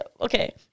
okay